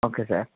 okay sir